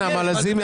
נעמה לזימי,